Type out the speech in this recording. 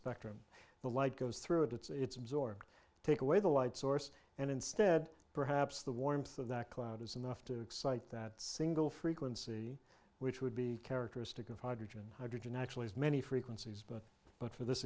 spectrum the light goes through it it's absorbed take away the light source and instead perhaps the warmth of that cloud is enough to excite that single frequency which would be characteristic of hydrogen hydrogen actually as many frequencies but but for this